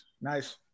Nice